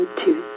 two